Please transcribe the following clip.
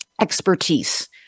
expertise